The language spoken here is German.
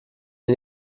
die